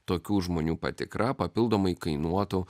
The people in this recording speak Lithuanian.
tokių žmonių patikra papildomai kainuotų